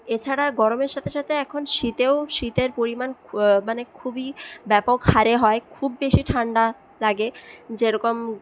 এছাড়া গরমের সাথে সাথে এখন শীতেও শীতের পরিমাণ মানে খুবই ব্যাপক হারে হয় খুব বেশি ঠান্ডা লাগে যেরকম